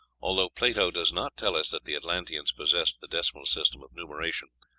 although plato does not tell us that the atlanteans possessed the decimal system of numeration,